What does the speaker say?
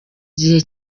gihe